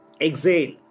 Exhale